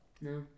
No